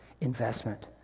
investment